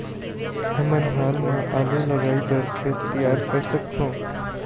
हमन हाल मा आलू लगाइ बर खेत तियार कर सकथों?